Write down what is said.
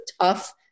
tough